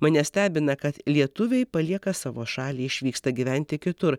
mane stebina kad lietuviai palieka savo šalį išvyksta gyventi kitur